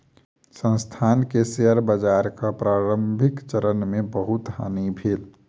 संस्थान के शेयर बाजारक प्रारंभिक चरण मे बहुत हानि भेल